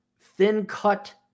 thin-cut